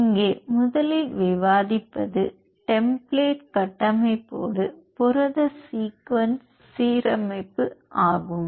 இங்கே முதலில் விவாதிப்பது டெம்பிளேட் கட்டமைப்போடு புரத சீக்வென்ஸ் சீரமைப்பு ஆகும்